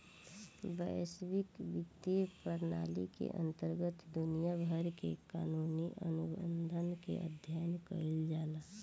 बैसविक बित्तीय प्रनाली के अंतरगत दुनिया भर के कानूनी अनुबंध के अध्ययन कईल जाला